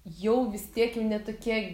jau vis tiek jau ne tokie